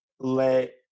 Let